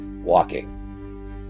walking